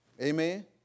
Amen